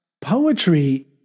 poetry